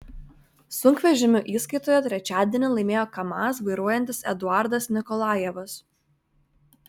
sunkvežimių įskaitoje trečiadienį laimėjo kamaz vairuojantis eduardas nikolajevas